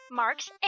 marks